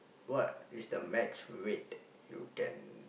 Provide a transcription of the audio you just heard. what is the max weight you can